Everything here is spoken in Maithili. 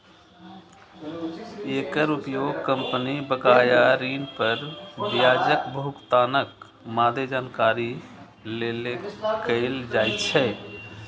एकर उपयोग कंपनी बकाया ऋण पर ब्याजक भुगतानक मादे जानकारी लेल कैल जाइ छै